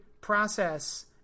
process